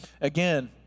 Again